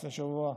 לפני שבוע וחצי.